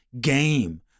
game